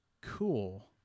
cool